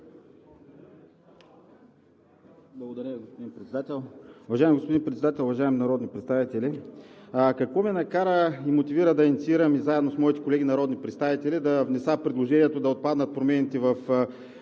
Благодаря, господин Председател.